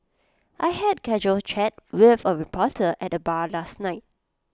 I had casual chat with A reporter at the bar last night